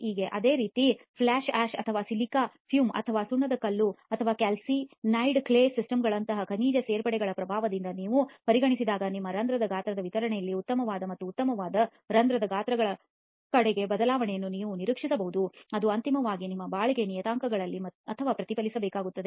ಈಗ ಅದೇ ರೀತಿ ಫ್ಲೈ ಆಶ್ ಅಥವಾ ಸಿಲಿಕಾ ಫ್ಯೂಮ್ ಅಥವಾ ಸುಣ್ಣದಕಲ್ಲು ಕ್ಯಾಲ್ಸಿನ್ಡ್ ಕ್ಲೇ ಸಿಸ್ಟಮ್ಗಳಂತಹ ಖನಿಜ ಸೇರ್ಪಡೆಗಳ ಪ್ರಭಾವವನ್ನು ನೀವು ಪರಿಗಣಿಸಿದಾಗ ನಿಮ್ಮ ರಂಧ್ರದ ಗಾತ್ರದ ವಿತರಣೆಯಲ್ಲಿ ಉತ್ತಮವಾದ ಮತ್ತು ಉತ್ತಮವಾದ ರಂಧ್ರದ ಗಾತ್ರಗಳ ಕಡೆಗೆ ಬದಲಾವಣೆಯನ್ನು ನೀವು ನಿರೀಕ್ಷಿಸಬಹುದು ಮತ್ತು ಅದು ಅಂತಿಮವಾಗಿ ನಿಮ್ಮ ಬಾಳಿಕೆ ನಿಯತಾಂಕಗಳಲ್ಲಿ ಅಥವಾ ಪ್ರತಿಫಲಿಸಬೇಕಾಗುತ್ತದೆ